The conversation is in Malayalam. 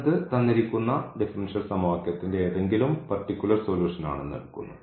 എന്നത് തന്നിരിക്കുന്ന ഡിഫറൻഷ്യൽ സമവാക്യത്തിന്റെ ഏതെങ്കിലും പർട്ടിക്കുലർ സൊലൂഷൻ ആണെന്ന് എടുക്കുന്നു